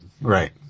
Right